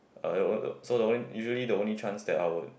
uh so the only usually the only chance that I would